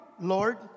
Lord